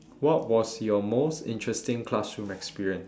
what was your most interesting classroom experience